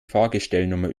fahrgestellnummer